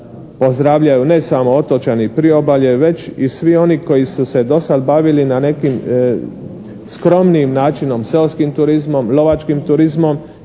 pozdravljaju ne samo otočani i priobalje, već i svi oni koji su se do sad bavili na nekim skromnijim načinom, seoskom turizmom, lovačkim turizmom,